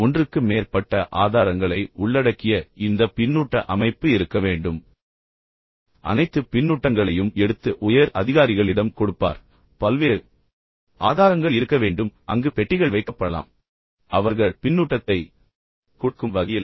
எனவே ஒன்றுக்கு மேற்பட்ட ஆதாரங்களை உள்ளடக்கிய இந்த பின்னூட்ட அமைப்பு இருக்க வேண்டும் இது இந்த நபர் தலைவர் அல்லது மேலாளர் மட்டுமல்ல அனைத்து பின்னூட்டங்களையும் எடுத்து உயர் அதிகாரிகளிடம் கொடுப்பார் ஆனால் பல்வேறு ஆதாரங்கள் இருக்க வேண்டும் அங்கு பெட்டிகள் வைக்கப்படலாம் அவர்கள் பின்னூட்டத்தை கொடுக்கும் வகையில்